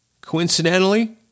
coincidentally